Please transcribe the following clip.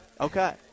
Okay